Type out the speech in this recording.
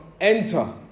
enter